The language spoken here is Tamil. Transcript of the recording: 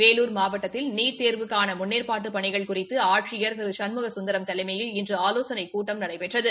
வேலூர் மாவட்டத்தில் நீட் தோ்வுக்கான முன்னேற்பாட்டுப் பணிகள் குறித்து ஆட்சியர் திரு சண்முக சுந்தரம் தலைமையில் இன்று ஆலோசனைக் கூட்டம் நடைபெற்றது